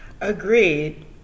agreed